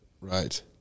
Right